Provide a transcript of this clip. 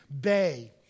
bay